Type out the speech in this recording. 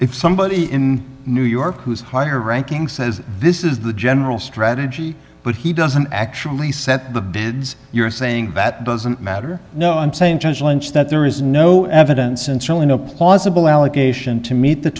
if somebody in new york who is higher ranking says this is the general strategy but he doesn't actually set the bids you're saying that doesn't matter no i'm saying judge lynch that there is no evidence and certainly no plausible allegation to meet the